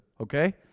okay